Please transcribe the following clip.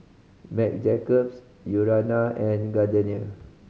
Marc Jacobs Urana and Gardenia